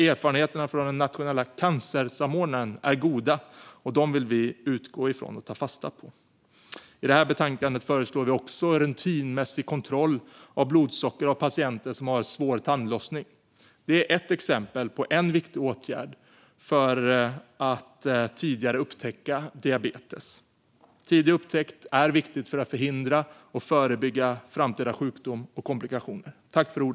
Erfarenheterna från den nationella cancersamordnaren är goda, och dessa erfarenheter vill vi utgå från och ta fasta på. I detta betänkande föreslår vi också rutinmässig kontroll av blodsocker av patienter med svår tandlossning. Det är en av flera åtgärder som behövs för tidigare upptäckt av diabetes. Och tidig upptäckt är viktigt för att förhindra och förebygga framtida sjukdom och komplikationer.